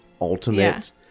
ultimate